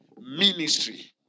Ministry